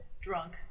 drunk